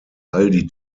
aldi